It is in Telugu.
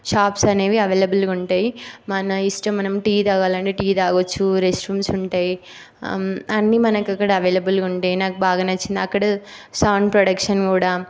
షాప్స్ అనేవి ఎవైలబుల్గా ఉంటాయి మన ఇష్టం మనం టీ తాగాలంటే టీ తాగచ్చు రెస్ట్ రూమ్స్ ఉంటాయి ఆ అన్నీ మనకి అక్కడ ఎవైలబుల్గా ఉంటాయి నాకు బాగా నచ్చింది అక్కడ సౌండ్ ప్రొడక్షన్ కూడా